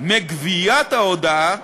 מגביית ההודאה